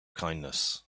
kindness